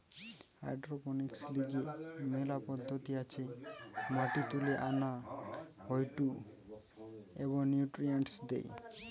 hydroponics লিগে মেলা পদ্ধতি আছে মাটি তুলে আনা হয়ঢু এবনিউট্রিয়েন্টস দেয়